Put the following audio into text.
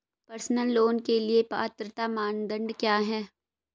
Personal loan के लिए पात्रता मानदंड क्या हैं?